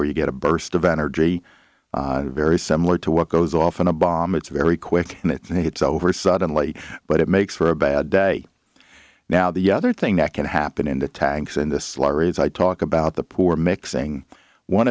where you get a burst of energy very similar to what goes off in a bomb it's very quick and it hits over suddenly but it makes for a bad day now the other thing that can happen in the tanks in this laurie is i talk about the poor mixing one